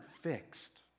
fixed